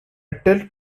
tilt